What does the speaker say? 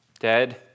dead